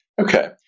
Okay